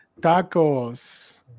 tacos